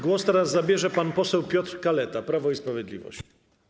Głos teraz zabierze pan poseł Piotr Kaleta, Prawo i Sprawiedliwość.